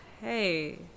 hey